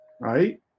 Right